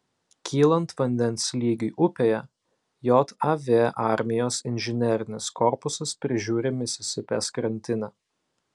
kylant vandens lygiui upėje jav armijos inžinerinis korpusas prižiūri misisipės krantinę